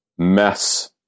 mess